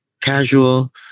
Casual